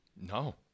No